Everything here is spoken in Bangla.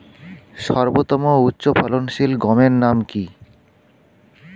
সর্বতম উচ্চ ফলনশীল গমের নাম কি?